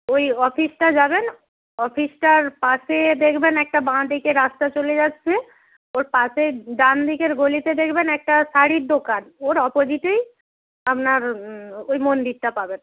ওই অফিসটা যাবেন অফিসটার পাশে দেখবেন একটা বাঁ দিকে রাস্তা চলে যাচ্ছে ওর পাশে ডানদিকের গলিতে দেখবেন একটা শাড়ির দোকান ওর অপোজিটেই আপনার ওই মন্দিরটা পাবেন